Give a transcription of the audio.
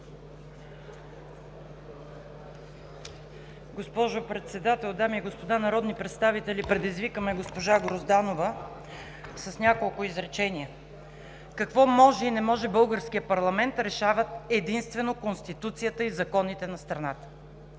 Госпожо Председател, дами и господа народни представители! Предизвика ме госпожа Грозданова с няколко изречения. Какво може и не може българският парламент решават единствено Конституцията и законите на страната.